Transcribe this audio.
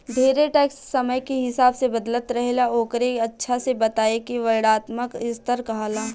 ढेरे टैक्स समय के हिसाब से बदलत रहेला ओकरे अच्छा से बताए के वर्णात्मक स्तर कहाला